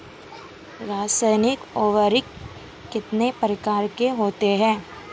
रासायनिक उर्वरक कितने प्रकार के होते हैं?